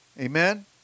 Amen